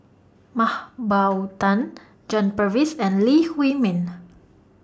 Mah Bow Tan John Purvis and Lee Huei Min